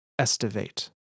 estivate